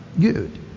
good